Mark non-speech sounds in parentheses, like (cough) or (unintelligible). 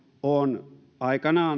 on aikanaan (unintelligible)